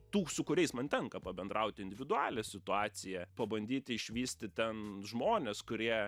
tų su kuriais man tenka pabendraut individualią situaciją pabandyti išvysti ten žmones kurie